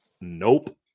Nope